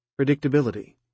predictability